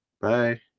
Bye